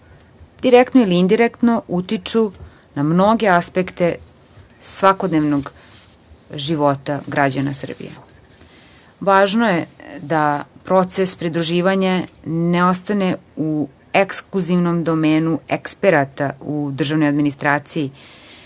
direktno ili indirektno utiču na mnoge aspekte svakodnevnog života građana Srbije. Važno je da proces pridruživanja ne ostane u ekskluzivnom domenu eksperata u državnoj administraciji,